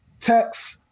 Text